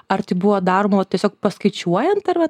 ar tai buvo daroma tiesiog paskaičiuojant ar vat